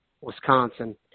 Wisconsin